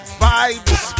vibes